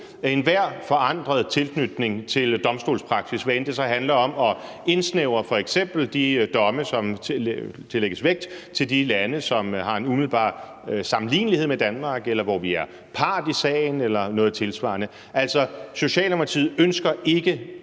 enhver forandret tilknytning til domstolspraksis, hvad end det så handler om at f.eks. de domme, som tillægges vægt, indsnævres til de lande, som har en umiddelbar sammenlignelighed med Danmark, eller hvor vi er part i sagen eller noget tilsvarende. Altså, Socialdemokratiet ønsker ikke